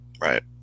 Right